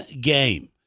game